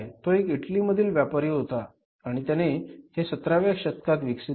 तो एक इटलीमधील व्यापारी होता आणि त्याने हे सतराव्या शतकात विकसित केले